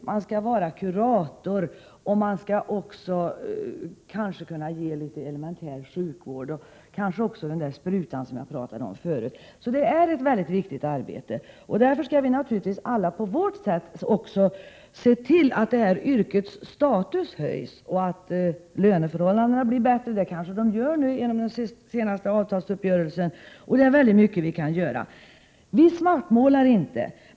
Man skall också vara kurator och kanske även kunna ge elementär sjukvård, t.ex. den spruta som jag talade om tidigare. Det är alltså ett mycket viktigt arbete. Därför skall vi naturligtvis alla, var och en på sitt sätt, se till att yrkets status höjs och att löneförhållandena blir bättre — det kanske de blir nu genom den senaste avtalsuppgörelsen. Vi svartmålar inte.